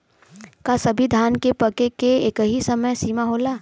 का सभी धान के पके के एकही समय सीमा होला?